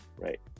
right